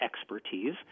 expertise